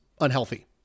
unhealthy